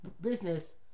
business